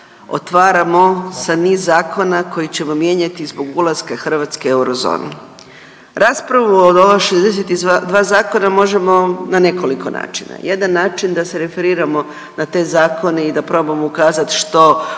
otvaramo sa niz zakona koji ćemo mijenjati zbog ulaska Hrvatske u eurozonu. Raspravu o ova 62 zakona možemo na nekoliko način. Jedan način da se referiramo na te zakone i da probamo ukazati što